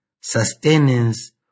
sustenance